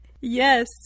Yes